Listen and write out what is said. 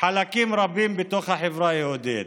חלקים רבים מהחברה היהודית.